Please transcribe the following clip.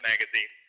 Magazine